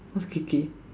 what's K K